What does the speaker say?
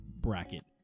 bracket